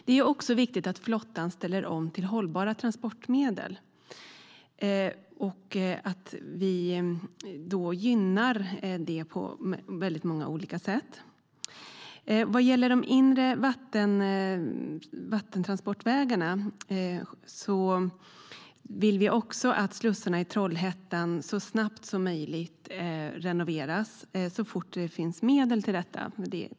Det är också viktigt att flottan ställer om till hållbara transportmedel. Vi bör gynna det på många olika sätt. När det gäller de inre vattentransportvägarna vill vi att slussarna i Trollhättan renoveras så fort det finns medel för detta.